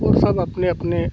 वह सब अपने अपने